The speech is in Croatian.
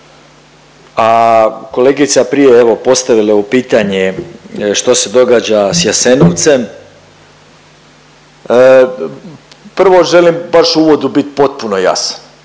a kolegica prije evo postavila je u pitanje što se događa s Jasenovcem. Prvo želim baš u uvodu biti potpuno jasan